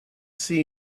see